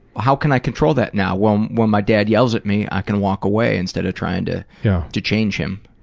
how can i control that now? when um when my dad yells at me, i can walk away instead of trying to yeah to change him.